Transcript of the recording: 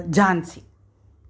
Jhansi